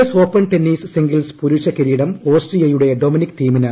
S open tennis singles പുരുഷ കിരീടം ഓസ്ട്രിയയുടെ ഡൊമിനിക് തീമിന്